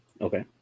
Okay